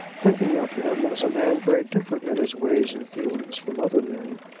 thinking of him as a man very different in his ways and feelings from other men,